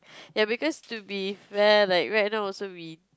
ya because to be fair right like now also we